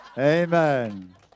Amen